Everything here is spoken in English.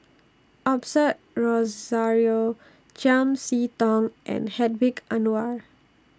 Osbert Rozario Chiam See Tong and Hedwig Anuar